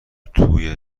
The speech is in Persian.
توی